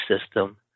system